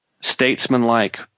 statesmanlike